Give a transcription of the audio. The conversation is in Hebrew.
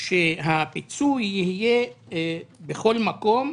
שהפיצוי יהיה בכל מקום,